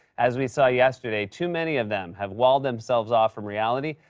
as we saw yesterday, too many of them have walled themselves off from reality.